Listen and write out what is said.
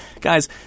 Guys